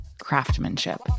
craftsmanship